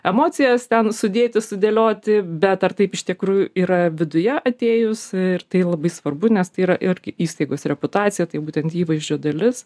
emocijas ten sudėti sudėlioti bet ar taip iš tikrųjų yra viduje atėjus ir tai labai svarbu nes tai yra irgi įstaigos reputacija tai būtent įvaizdžio dalis